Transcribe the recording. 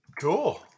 Cool